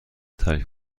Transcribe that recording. ترک